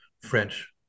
French